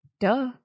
Duh